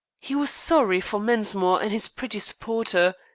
he was sorry for mensmore and his pretty supporter.